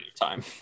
time